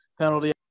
penalty